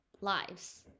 lives